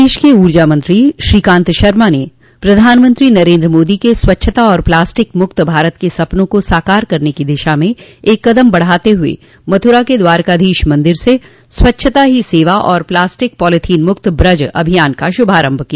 प्रदेश के ऊर्जा मंत्री श्रीकांत शर्मा ने प्रधानमंत्री नरेन्द्र मोदी के स्वच्छता और प्लास्टिक मुक्त भारत के सपनों को साकार करने की दिशा में एक कदम बढ़ाते हुए मथुरा के द्वारिकाधीश मंदिर से स्वच्छता ही सेवा और प्लास्टिक पालिथीन मुक्त ब्रज अभियान का शुभारम्भ किया